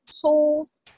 tools